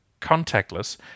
contactless